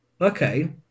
okay